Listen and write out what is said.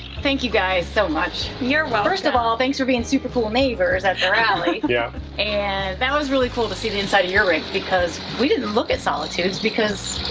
thank you guys so much. you're welcome. first of all thanks for being super cool neighbors after alley. yeah and that was really cool to see the inside of your room because we didn't look at solitudes because